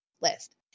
list